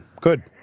Good